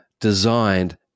designed